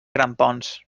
grampons